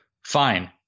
Fine